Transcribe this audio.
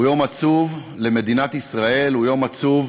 הוא יום עצוב למדינת ישראל, הוא יום עצוב